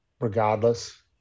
regardless